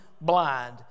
blind